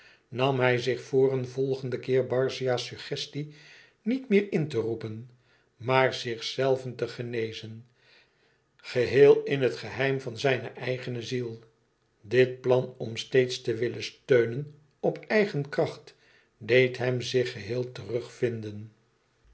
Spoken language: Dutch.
nam hij zich voor een volgenden keer barzia's suggestie niet meer in te roepen maar zichzelven te genezen geheel in het geheim van zijne eigen ziel dit plan om steeds te willen steunen op eigen kracht deed hem zich geheel terugvinden